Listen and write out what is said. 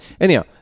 anyhow